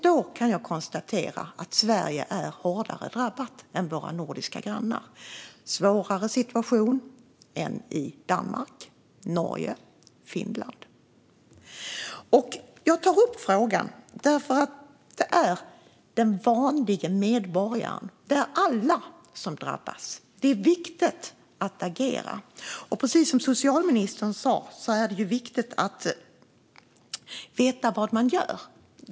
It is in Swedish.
Då kan jag konstatera att Sverige är hårdare drabbat än våra nordiska grannar. Sverige har en svårare situation än Danmark, Norge och Finland. Jag tar upp frågan därför att det är den vanliga medborgaren - alla - som drabbas. Det är viktigt att agera. Precis som socialministern sa är det viktigt att veta vad man gör.